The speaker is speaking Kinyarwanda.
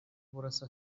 burasa